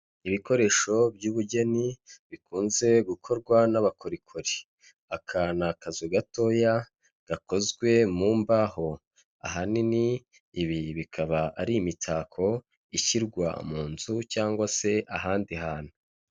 Ibikoresho by'ubugeni bikunze gukorwa n'abakorikori aka ni akazu gatoya gakozwe mu mbaho, ahanini ibi bikaba ari imitako ishyirwa mu nzu cyangwa se ahandi hantu.